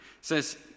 says